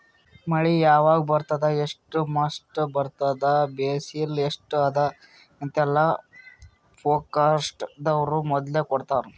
ಮಳಿ ಯಾವಾಗ್ ಬರ್ತದ್ ಎಷ್ಟ್ರ್ ಮಟ್ಟ್ ಬರ್ತದ್ ಬಿಸಿಲ್ ಎಸ್ಟ್ ಅದಾ ಅಂತೆಲ್ಲಾ ಫೋರ್ಕಾಸ್ಟ್ ದವ್ರು ಮೊದ್ಲೇ ಕೊಡ್ತಾರ್